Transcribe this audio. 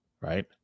right